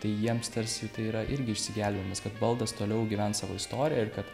tai jiems tarsi tai yra irgi išsigelbėjimas kad baldas toliau gyvens savo istoriją ir kad